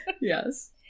Yes